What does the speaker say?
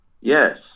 yes